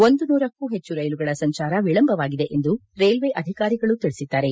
ಒಂದು ನೂರಕ್ಕೂ ಹೆಚ್ಚು ರೈಲುಗಳ ಸಂಚಾರ ವಿಳಂಬವಾಗಿದೆ ಎಂದು ರೈಲ್ವೆ ಅಧಿಕಾರಿಗಳು ತಿಳಿಸಿದ್ದಾರೆ